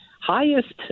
highest